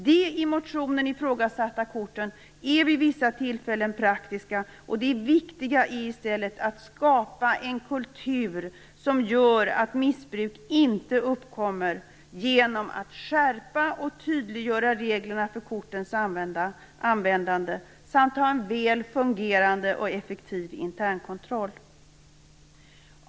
De i motionen ifrågasatta korten är vid vissa tillfällen praktiska. Det viktiga är i stället att skapa en kultur som gör att missbruk inte uppkommer genom att skärpa och tydliggöra reglerna för kortens användande samt ha en väl fungerande och effektiv internkontroll.